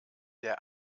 der